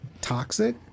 toxic